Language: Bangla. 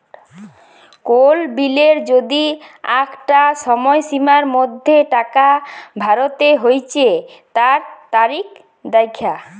কোল বিলের যদি আঁকটা সময়সীমার মধ্যে টাকা ভরতে হচ্যে তার তারিখ দ্যাখা